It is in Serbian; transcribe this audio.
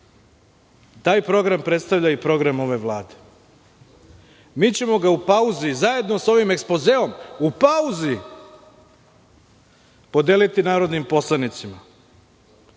Taj program predstavlja i program ove Vlade. Mi ćemo ga u pauzi, zajedno sa ovim ekspozeom, u pauzi podeliti narodnim poslanicima.